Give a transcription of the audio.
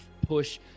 push